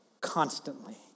Constantly